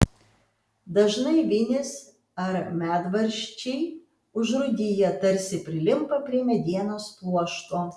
dažnai vinys ar medvaržčiai užrūdiję tarsi prilimpa prie medienos pluošto